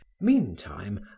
Meantime